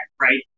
right